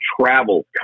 travel